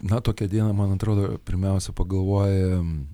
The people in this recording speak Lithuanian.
na tokią dieną man atrodo pirmiausia pagalvojam